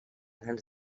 grans